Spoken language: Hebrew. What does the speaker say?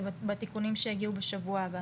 זה בתיקונים שיגיעו בשבוע הבא.